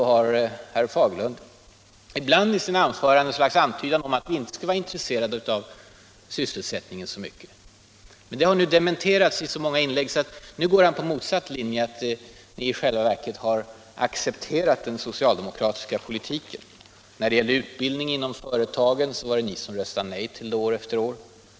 Herr Fagerlund har i sina anföranden ibland gjort ett slags antydan om att vi inte skulle vara intresserade av sysselsättningen i särskilt hög grad. Men detta har dementerats i så många inlägg, att herr Fagerlund nu går på motsatt linje och säger att vi i själva verket accepterat den socialdemokratiska politiken. När det gällde utbildningen inom företagen var det ni socialdemokrater som röstade nej år efter år.